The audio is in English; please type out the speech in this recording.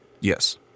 Yes